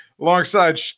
alongside